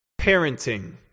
Parenting